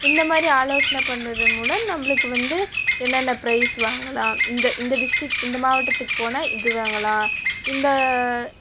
இந்த மாதிரி ஆலோசனை பண்ணுறதின் மூலம் நம்மளுக்கு வந்து என்னென்ன பிரைஸ் வாங்கலாம் இந்த இந்த டிஸ்ட்ரிக்ட் இந்த மாவட்டத்துக்கு போனால் இது வாங்கலாம் இந்த